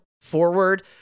forward